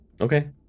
Okay